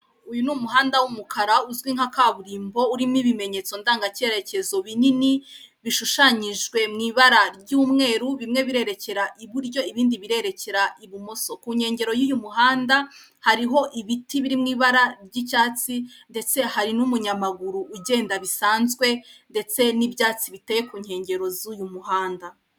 Uyu ni umuhanda w'umukara uzwi nka kaburimbo urimo ibimenyetso ndangakerekezo binini bishushanyijwe mu ibara ry'umweru bimwe birerekera iburyo ibindi birerekere ibumoso ku nyengero y'uyu muhanda hariho ibiti biri mu ibara ry'icyatsi ndetse n'umunyamaguru ugenda bisanzwe ndetse n'ibyatsi biteye ku nyengero z'uyu muhanda.